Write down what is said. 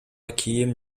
кийим